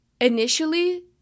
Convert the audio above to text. initially